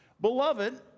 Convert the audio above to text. Beloved